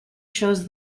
shows